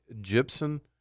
gypsum